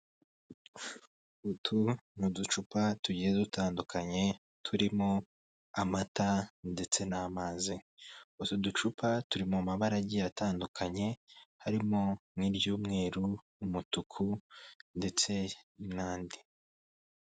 Utu ni uducupa tugiye dutandukanye, turimo amata ndetse n'amazi, utu ducupa turi mu mabarage agiye atandukanye, harimo nk'iry'umweru n'umutuku ndetse n'andi.